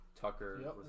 Tucker